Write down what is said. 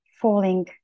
falling